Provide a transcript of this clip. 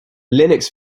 linux